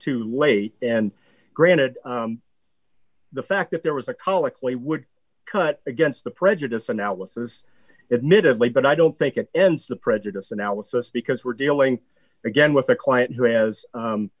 too late and granted the fact that there was a colloquy would cut against the prejudice analysis admittedly but i don't think it ends the prejudice analysis because we're dealing again with a client who has